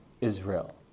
Israel